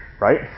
right